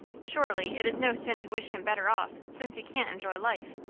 surely it is no sin to wish him better off, since he can't enjoy life!